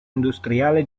industriale